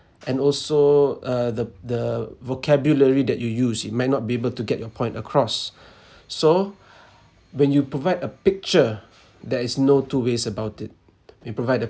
and also uh the the vocabulary that you use it might not be able to get your point across so when you provide a picture there is no two ways about it they provide the